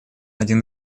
один